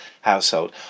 household